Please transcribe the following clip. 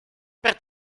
per